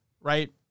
right